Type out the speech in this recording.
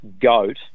goat